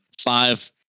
five